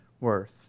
worth